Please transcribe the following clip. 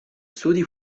studi